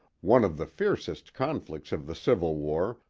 one of the fiercest conflicts of the civil war,